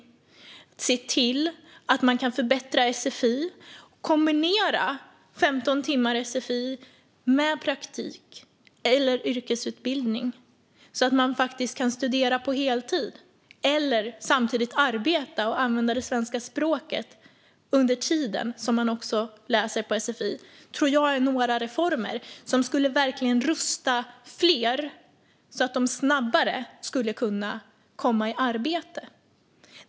Vi behöver se till att förbättra sfi, till exempel genom möjligheten att kombinera 15 timmar sfi med praktik eller yrkesutbildning, så att människor kan antingen studera på heltid eller arbeta och använda det svenska språket samtidigt som de läser på sfi. Jag tror att det är några reformer som skulle rusta fler så att de snabbare kom i arbete.